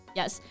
Yes